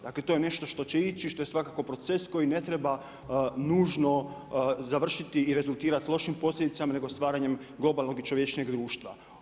Dakle to je nešto što će ići i što je svakako proces koji ne treba nužno završiti i rezultirati lošim posljedicama nego stvaranjem globalnog i čovječnijeg društva.